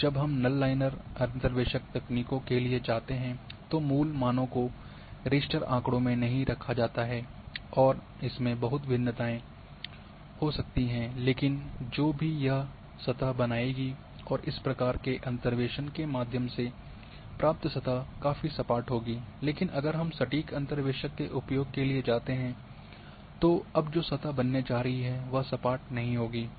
और जब हम नल लाइनर अंतर्वेशक तकनीकों के लिए जाते हैं तो मूल मानों को रास्टर आँकड़ों में नहीं रखा जाता है और इसमें बहुत भिन्नताएं हो सकती हैं लेकिन जो सतह यह बनाएगी और इस प्रकार के अंतर्वेसन के माध्यम से प्राप्त सतह काफी सपाट होगी लेकिन अगर हम सटीक अंतर्वेशक के उपयोग के लिए जाते हैं तो अब जो सतह बनने जा रही है वह सपाट नहीं होगी